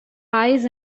eyes